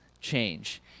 change